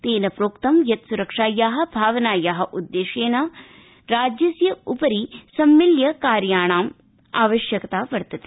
तेन प्रोक्तं यत् सुरक्षाया भावनाया उद्देश्येन राज्यस्योपरि ईदृशानां कार्यणाम् आवश्यकता अस्ति